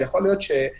יכול להיות שהוועדה,